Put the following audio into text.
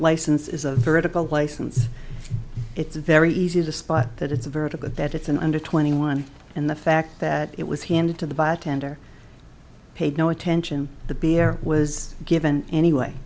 license is a veritable license it's very easy to spot that it's a verdict that it's an under twenty one and the fact that it was handed to the by a tender paid no attention the beer was given anyway